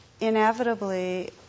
inevitably